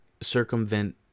circumvent